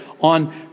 on